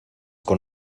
con